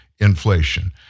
Inflation